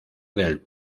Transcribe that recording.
del